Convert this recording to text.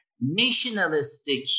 nationalistic